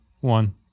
one